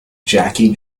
jackie